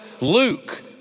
Luke